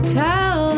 tell